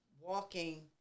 walking